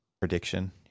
prediction